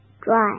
Dry